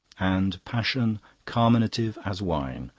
and passion carminative as wine.